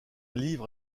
livre